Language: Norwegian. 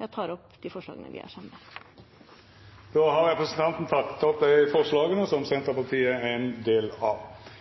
Jeg tar opp de forslagene vi har fremmet sammen med SV. Representanten Åslaug Sem-Jacobsen har tatt opp de forslagene